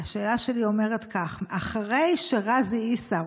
השאלה שלי אומרת כך: אחרי שע'אזי עיסא,